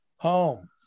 home